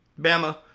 Bama